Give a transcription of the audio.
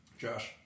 Josh